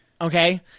okay